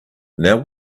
now